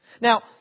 Now